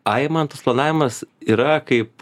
ai man tas planavimas yra kaip